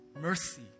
Mercy